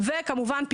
וכמובן,